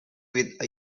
with